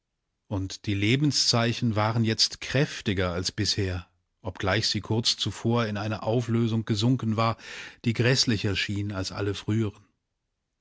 und die lebenszeichen waren jetzt kräftiger als bisher obgleich sie kurz zuvor in eine auflösung gesunken war die gräßlicher schien als alle früheren